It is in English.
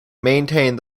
maintained